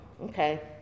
okay